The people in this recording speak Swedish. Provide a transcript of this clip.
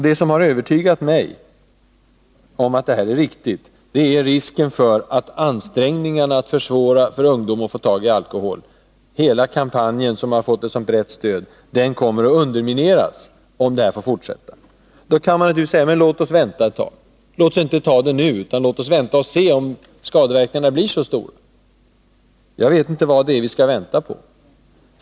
Det som övertygat mig om det riktiga i ett förbud mot snabbvin är att risken för att ansträngningarna att försvåra för ungdomar att få tag i alkohol — hela den kampanj som fått ett så brett stöd — kommer att undermineras om tillverkningen får fortsätta. Då kan man naturligtvis säga: Låt oss inte ta beslutet nu, utan låt oss vänta och se om skadeverkningarna blir så stora. Jag vet inte vad det är vi skall vänta på.